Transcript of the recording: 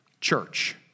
church